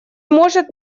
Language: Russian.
может